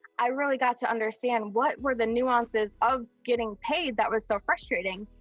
i really got to understand what were the nuances of getting paid that was so frustrating.